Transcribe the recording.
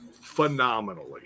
phenomenally